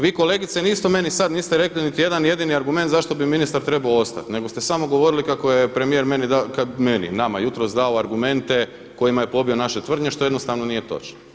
Vi kolegice niste o meni sad niste rekli niti jedan jedini argument zašto bi ministar trebao ostati, nego ste samo govorili kako je premijer dao, meni, nama jutros davao argumente kojima je pobio naše tvrdnje što jednostavno nije točno.